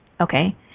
okay